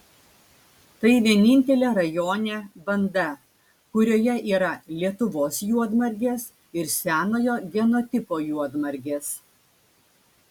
tai vienintelė rajone banda kurioje yra lietuvos juodmargės ir senojo genotipo juodmargės